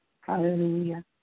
Hallelujah